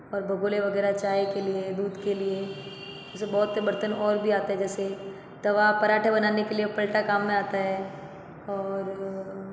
और भगोने वगैरह चाय के लिए दूध के लिए ऐसे बहुत से बर्तन और भी आते हैं जैसे तवा पराठे बनाने के लिए पलटा काम में आता है और